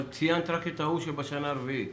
אבל ציינת רק את ההוא שהוא בשנה הרביעית.